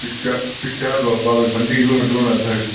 ते फ्ही सेयाड़ बाबा कोई पंजी किलो मीटर होना इत्थें इक